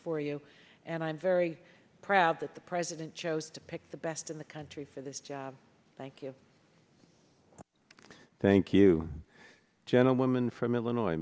for you and i'm very proud that the president chose to pick the best in the country for this job thank you thank you gentleman from illinois